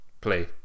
Play